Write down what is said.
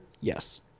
Yes